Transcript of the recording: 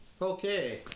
okay